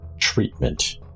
treatment